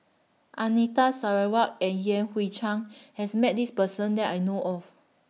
Anita Sarawak and Yan Hui Chang has Met This Person that I know of